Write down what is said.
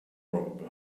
robe